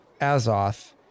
Azoth